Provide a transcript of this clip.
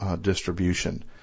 distribution